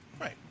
Right